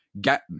get